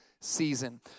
season